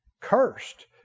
cursed